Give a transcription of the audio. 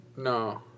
No